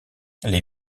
les